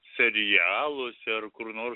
serialuose ar kur nors